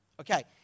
Okay